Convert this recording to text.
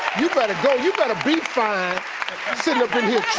you better go. you got to be fine sitting up in here,